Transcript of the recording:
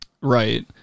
right